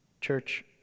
Church